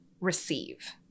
receive